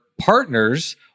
partners